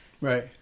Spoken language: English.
Right